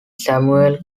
samuel